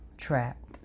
Trapped